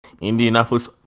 Indianapolis